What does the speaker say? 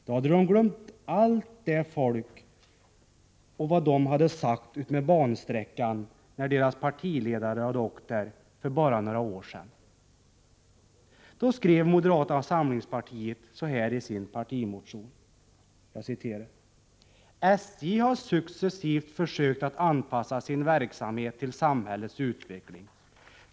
Då hade moderaterna glömt allt det som folk hade sagt utmed bansträckan när deras partiledare hade åkt där för bara några år sedan. Då skrev moderata samlingspartiet så här i sin partimotion: ”SJ har successivt försökt att anpassa sin verksamhet till samhällets utveckling.